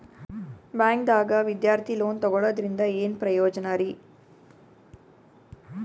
ಬ್ಯಾಂಕ್ದಾಗ ವಿದ್ಯಾರ್ಥಿ ಲೋನ್ ತೊಗೊಳದ್ರಿಂದ ಏನ್ ಪ್ರಯೋಜನ ರಿ?